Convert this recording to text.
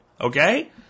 Okay